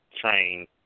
train